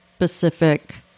specific